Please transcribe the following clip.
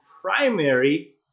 primary